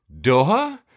Doha